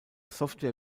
software